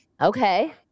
Okay